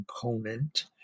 component